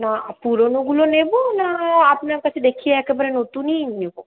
না পুরোনোগুলো নেব না আপনার কাছে দেখিয়ে একেবারে নতুনই নেব